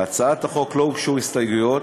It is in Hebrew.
להצעת החוק לא הוגשו הסתייגויות.